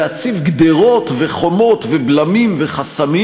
להציב גדרות וחומות ובלמים וחסמים,